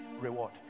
reward